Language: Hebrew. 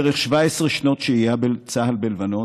דרך 17 שנות שהיית צה"ל בלבנון,